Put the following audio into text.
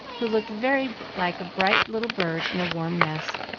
who looked very like a bright little bird in a warm nest.